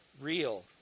real